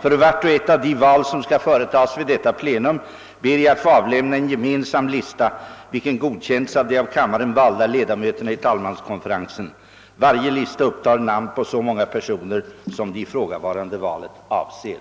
För vart och ett av de val som skall företagas vid detta plenum ber jag att få avlämna en gemensam lista, vilken godkänts av de av kammaren valda ledamöterna i talmanskonferensen. Varje lista upptar namn å så många personer, som det ifrågavarande valet avser.